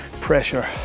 pressure